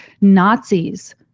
Nazis